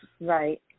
Right